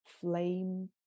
flame